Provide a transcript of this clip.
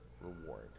reward